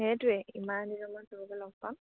সেইটোৱে ইমান লগ পাম